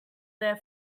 there